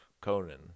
Conan